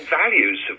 values